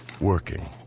working